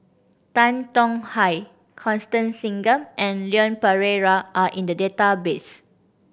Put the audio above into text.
Tan Tong Hye Constance Singam and Leon Perera are in the database